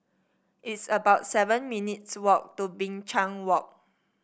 it's about seven minutes' walk to Binchang Walk